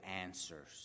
answers